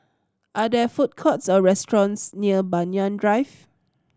are there food courts or restaurants near Banyan Drive